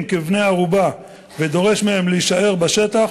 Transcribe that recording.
כבני-ערובה ודורש מהם להישאר בשטח,